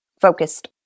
focused